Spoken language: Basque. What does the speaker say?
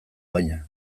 baina